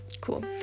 cool